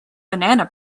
banana